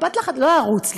לא הערוץ,